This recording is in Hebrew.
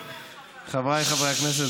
חבריי חברי הכנסת,